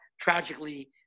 tragically